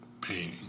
painting